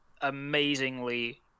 amazingly